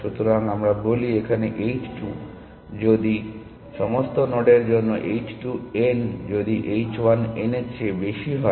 সুতরাং আমরা বলি এখানে h 2 যদি সমস্ত নোডের জন্য h 2 n যদি h 1 n এর চেয়ে বেশি হয়